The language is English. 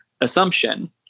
Assumption